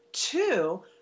Two